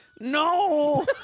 no